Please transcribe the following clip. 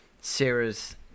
Sarah's